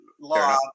law